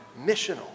missional